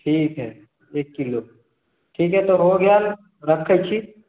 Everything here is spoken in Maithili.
ठीक हय एक किलो ठीक हय तऽ हो गेल रखैत छी